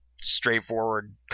straightforward